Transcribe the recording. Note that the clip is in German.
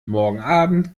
morgenabend